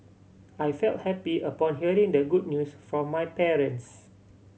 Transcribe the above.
I felt happy upon hearing the good news from my parents